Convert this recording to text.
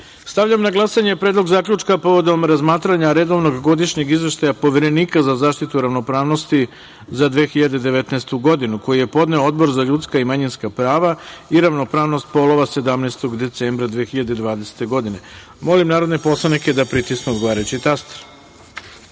na glasanje – Predlog zaključka povodom razmatranja Redovnog godišnjeg izveštaja Poverenika za zaštitu ravnopravnosti za 2019. godinu, koji je podneo Odbor za ljudska i manjinska prava i ravnopravnost polova 17. decembra 2020. godine. Molim narodne poslanike da pritisnu odgovarajući